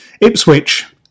Ipswich